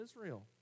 Israel